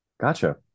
Gotcha